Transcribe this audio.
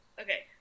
Okay